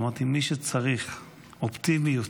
ואמרתי, מי שצריך אופטימיות,